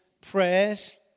prayers